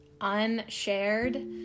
Unshared